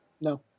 No